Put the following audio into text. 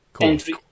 entry